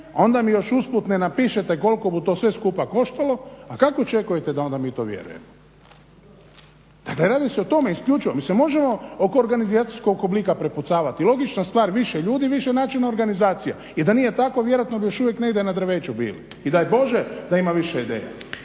onda mi još usput ne napišete koliko bu to sve skupa koštalo, a kako očekujete da onda mi to vjerujemo? Dakle, radi se o tome isključivo, mislim možemo oko organizacijskog oblika prepucavati, logična stvar, više ljudi, više načina organizacija i da nije tako vjerojatno bi još uvijek negdje na drveću bili i daj Bože da ima više ideja,